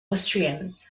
austrians